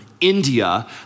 India